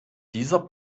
dieser